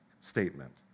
statement